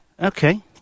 Okay